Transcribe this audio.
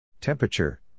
Temperature